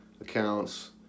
accounts